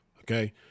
Okay